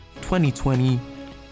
2020